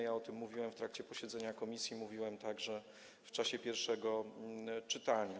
Ja o tym mówiłem w trakcie posiedzenia komisji, mówiłem także w czasie pierwszego czytania.